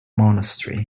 monastery